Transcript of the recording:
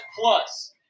plus